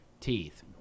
teeth